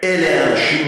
אלה האנשים